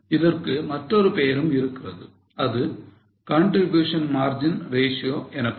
இதற்கு மற்றொரு பெயரும் இருக்கிறது அது contribution margin ratio எனப்படும்